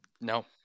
No